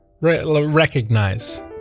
recognize